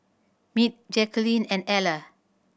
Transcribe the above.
Mitch Jacqulyn and Eller